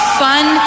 fun